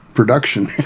production